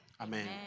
Amen